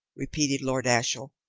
repeated lord ashiel.